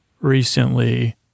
recently